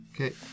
Okay